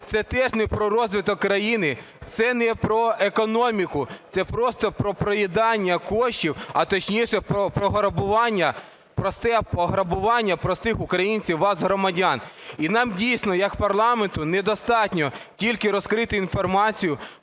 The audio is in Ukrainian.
Це теж не про розвиток країни, це не про економіку – це просто про проїдання коштів, а точніше, про пограбування, просте пограбування простих українців, вас, громадян. І нам дійсно як парламенту недостатньо тільки розкрити інформацію,